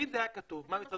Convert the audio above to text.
ואם זה היה כתוב, עם